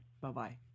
Bye-bye